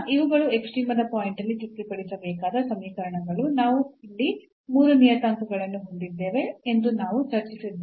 ಇವುಗಳು ಎಕ್ಸ್ಟ್ರೀಮದ ಪಾಯಿಂಟ್ ಅಲ್ಲಿ ತೃಪ್ತಿಪಡಿಸಬೇಕಾದ ಸಮೀಕರಣಗಳು ಮತ್ತು ನಾವು ಇಲ್ಲಿ 3 ನಿಯತಾಂಕಗಳನ್ನು ಹೊಂದಿದ್ದೇವೆ ಎಂದು ನಾವು ಚರ್ಚಿಸಿದ್ದೇವೆ